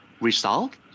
Result